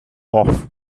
off